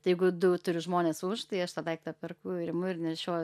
tai jeigu du turiu žmones už tai aš tą daiktą perku ir imu ir nešioju